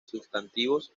sustantivos